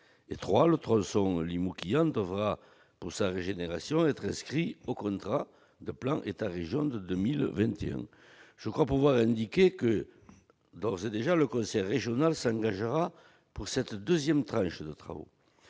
; le tronçon Limoux-Quillan devra, pour sa régénération, être inscrit au contrat de plan État-région de 2021. Je crois d'ores et déjà pouvoir assurer que le conseil régional s'engagera pour cette deuxième tranche de travaux.